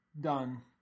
done